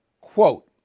Quote